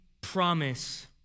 promise